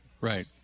Right